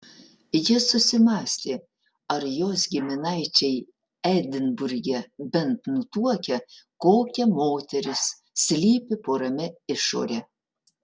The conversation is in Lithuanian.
jis susimąstė ar jos giminaičiai edinburge bent nutuokia kokia moteris slypi po ramia išore